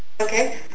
Okay